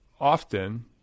often